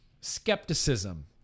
skepticism